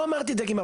לא אמרתי דייגים,